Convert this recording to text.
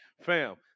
Fam